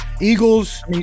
Eagles